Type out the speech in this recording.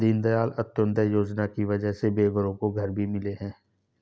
दीनदयाल अंत्योदय योजना की वजह से बेघरों को घर भी मिले हैं